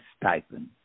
stipend